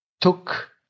took